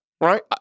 right